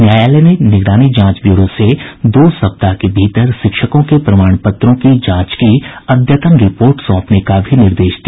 न्यायालय ने निगरानी जांच ब्यूरो से दो सप्ताह के भीतर शिक्षकों के प्रमाण पत्रों की जांच की अद्यतन रिपोर्ट सौंपने का भी निर्देश दिया